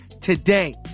today